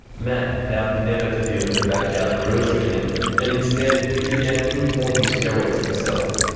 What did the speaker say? matt vowed never to deal with the backyard brewers again and instead he began importing steroids himself.